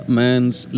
man's